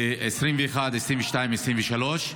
ל-2021, 2022, 2023,